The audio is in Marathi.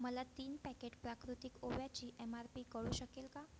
मला तीन पॅकेट प्राकृतिक ओव्याची एम आर पी कळू शकेल का